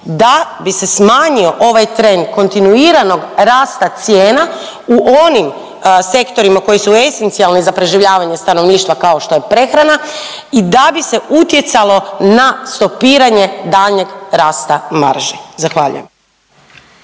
da bi se smanjio ovaj trend kontinuiranog rasta cijena u onim sektorima koji su esencijalni za preživljavanje stanovništva kao što je prehrana i da bi se utjecalo na stopiranje daljnjeg rasta marže. Zahvaljujem.